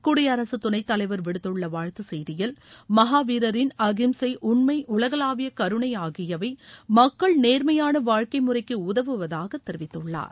குடியரசுத் துணைத் தலைவர் விடுத்துள்ள வாழ்த்து செய்தியில் மகாவீரரின் அகிம்சை உண்மை உலகளாவிய கருணை ஆகியவை மக்கள் நேர்மையான வாழ்க்கை முறைக்கு உதவுவதாக தெரிவித்துள்ளார்